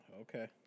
Okay